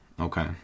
Okay